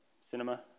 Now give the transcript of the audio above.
Cinema